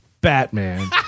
Batman